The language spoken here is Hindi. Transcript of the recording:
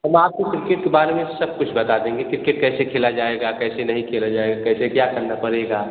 हम आपको क्रिकेट के बारे में सब कुछ बता देंगे क्रिकेट कैसे खेला जाएगा कैसे नहीं खेला जाएगा कैसे क्या करना पड़ेगा